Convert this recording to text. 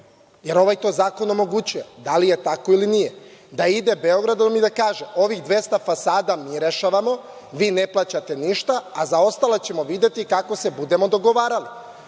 jer ovaj to zakon omogućuje, da li je tako ili nije, da ide Beogradom i da kaže – ovih 200 fasada mi rešavamo, vi ne plaćate ništa, a za ostale ćemo videti kako se budemo dogovarali?